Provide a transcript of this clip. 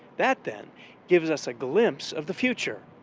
that then gives us a glimpse of the future,